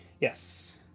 yes